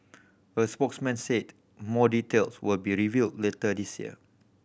a spokesman said more details will be revealed later this year